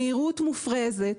מהירות מופרזת,